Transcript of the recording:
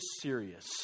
serious